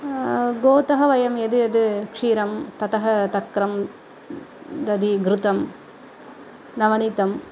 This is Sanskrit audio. गोः वयं यद्यत् क्षीरं ततः तक्रं दधि घृतं नवनीतं